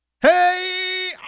Hey